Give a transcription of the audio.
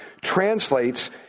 translates